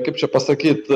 kaip čia pasakyt